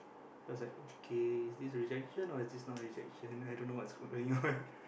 so I was like okay is this rejection or is this not rejection I don't know what's going on